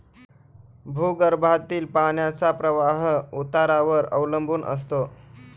भूगर्भातील पाण्याचा प्रवाह उतारावर अवलंबून असतो